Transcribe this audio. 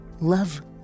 love